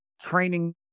training